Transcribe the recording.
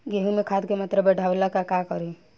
गेहूं में खाद के मात्रा बढ़ावेला का करी?